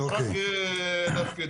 רק להפקיד.